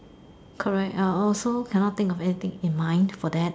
correct ah also cannot think of anything in mind for that